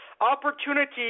opportunity